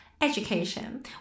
education